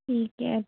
ठीक है